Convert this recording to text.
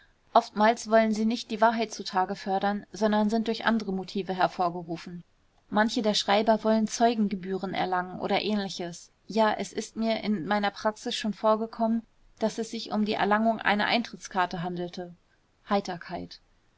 oftmals wollen sie nicht die wahrheit zutage fördern sondern sind durch andere motive hervorgerufen manche der schreiber wollen zeugen gebühren erlangen oder ähnliches ja es ist mir in meiner praxis schon vorgekommen daß es sich um die erlangung einer eintrittskarte handelte